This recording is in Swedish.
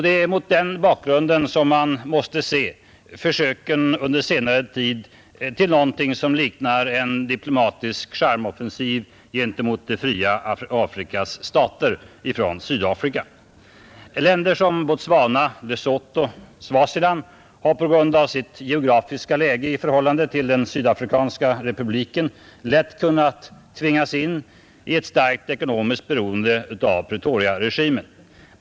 Det är mot den bakgrunden som vi måste se försöken under senare tid till något som liknar en diplomatisk charmoffensiv gentemot det fria Afrikas stater från Sydafrikas sida. Länder som Botswana, Lesotho och Swaziland har på grund av sitt geografiska läge i förhållande till den sydafrikanska republiken lätt kunnat tvingas in i ett starkt ekonomiskt beroende av Pretoriaregimen.